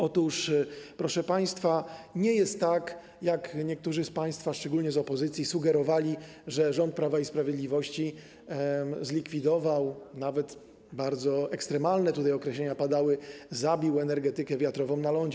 Otóż, proszę państwa, nie jest tak, jak niektórzy z państwa, szczególnie z opozycji, sugerowali, że rząd Prawa i Sprawiedliwości zlikwidował - nawet bardzo ekstremalne określenia tutaj padały: zabił -energetykę wiatrową na lądzie.